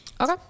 Okay